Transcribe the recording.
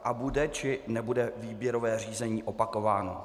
A bude, či nebude výběrové řízení opakováno?